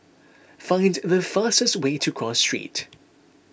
find the fastest way to Cross Street